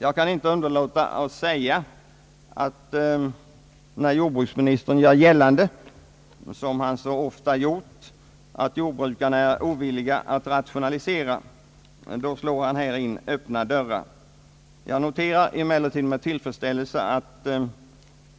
Jag kan inte underlåta att säga, att när jordbruksministern gör gällande, vilket han så ofta gjort, att jordbrukarna är ovilliga att rationalisera, slår han här in öppna dörrar. Jag noterar emellertid med tillfredsställelse